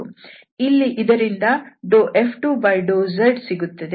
ಇಲ್ಲಿ ಇದರಿಂದ F2∂z ಸಿಗುತ್ತದೆ